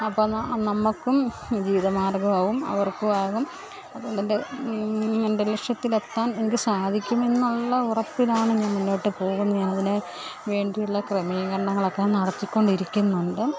അപ്പം നമ്മൾക്കും ജീവിത മാർഗ്ഗമാകും അവർക്കും ആകും അത്കൊണ്ടെ് എൻ്റെ എൻ്റെ ലക്ഷ്യത്തിലെത്താൻ എനിക്ക് സാധിക്കുമെന്നൊള്ള ഒറപ്പിലാണ് ഞാൻ മുന്നോട്ട് പോകുന്നത് അതിന് വേണ്ടിയുള്ള ക്രമീകരണങ്ങളൊക്കെ നടത്തി കൊണ്ടിരിക്കുന്നുണ്ട്